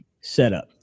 setup